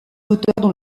d’auteur